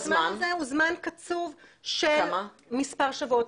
הזמן הזה הוא זמן קצוב של מספר שבועות.